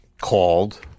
called